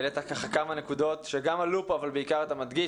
העלית כמה נקודות, שעלו פה אבל אתה מדגיש.